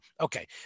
Okay